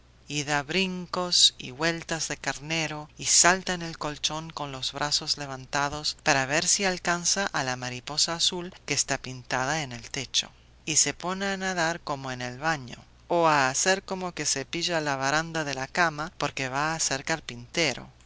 y da brincos y vueltas de carnero y salta en el colchón con los brazos levantados para ver si alcanza a la mariposa azul que está pintada en el techo y se pone a nadar como en el baño o a hacer como que cepilla la baranda de la cama porque va a ser carpintero